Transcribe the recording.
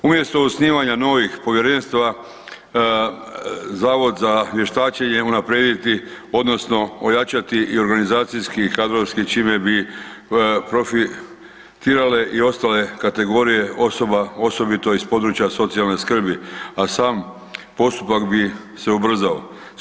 Umjesto osnivanja novih povjerenstava Zavod za vještačenje unaprijediti odnosno ojačati i organizacijski i kadrovski čime bi profitirale i ostale kategorije osoba, osobito iz područja socijalne skrbi, a sam postupak bi se ubrzao.